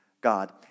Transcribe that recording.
God